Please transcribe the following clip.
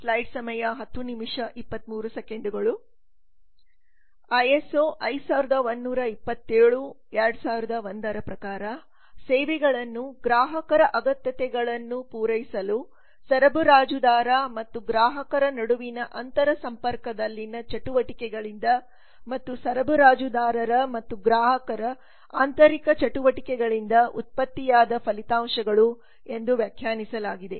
ISO 5127 2001 ರ ಪ್ರಕಾರ ಸೇವೆಗಳನ್ನು ಗ್ರಾಹಕರ ಅಗತ್ಯತೆಗಳನ್ನು ಪೂರೈಸಲು ಸರಬರಾಜುದಾರ ಮತ್ತು ಗ್ರಾಹಕರ ನಡುವಿನ ಅಂತರಸಂಪರ್ಕದಲ್ಲಿನ ಚಟುವಟಿಕೆಗಳಿಂದ ಮತ್ತು ಸರಬರಾಜುದಾರರ ಮತ್ತು ಗ್ರಾಹಕರ ಆಂತರಿಕ ಚಟುವಟಿಕೆಗಳಿಂದ ಉತ್ಪತ್ತಿಯಾದ ಫಲಿತಾಂಶಗಳು ಎಂದು ವ್ಯಾಖ್ಯಾನಿಸಲಾಗಿದೆ